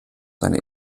seiner